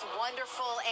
wonderful